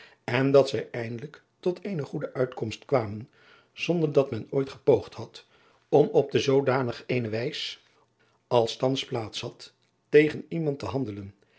en dat zij eindelijk tot eene goede uitkomst kwamen zonder dat men ooit gepoogd had om op zoodanig eene wijs als thans plaats had tegen iemand te handelen